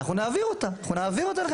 אנחנו נעביר אותה אליכם.